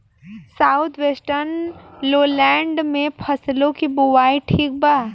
South western lowland में फसलों की बुवाई ठीक बा?